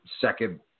second